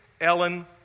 Ellen